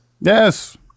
Yes